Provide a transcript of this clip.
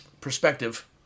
perspective